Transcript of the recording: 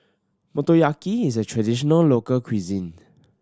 motoyaki is a traditional local cuisine